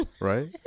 right